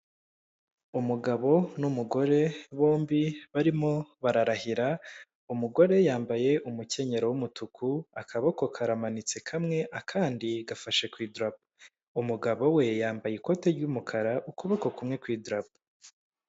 Umugabo n'umugore bombi barimo bararahira umugore yambaye umukenyero w'umutuku akaboko karamanitse kamwe akandi gafashe ku idarapo umugabo we yambaye ikote ry'umukara ukuboko kumwe gufashe ku idarapo.